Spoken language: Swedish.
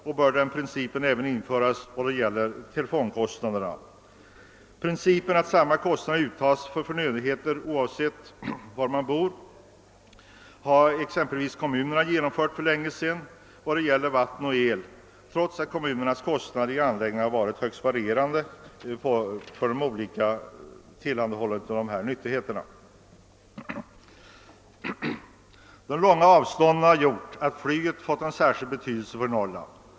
Och principen att samma kostnader uttas för förnödenheter, oavsett var man bor, har kommunerna exempelvis genomfört för länge sedan vad gäller vatten och elektricitet, trots att kommunernas anläggningskostnader har varit högst varierande. De långa avstånden har gjort att flyget fått en särskild betydelse för Norrland.